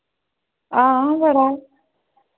हां बड़ा